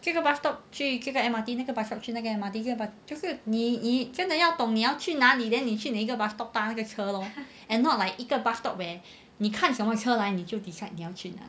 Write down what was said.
这个 bus stop 去这个 M_R_T 那个 bus stop 去那个 M_R_T 就是你真的要懂你要去哪里 then 你去哪一个 bus stop 搭一个车 lor and not like 一个 bus stop where 你看什么车来你就 decide 你要去哪里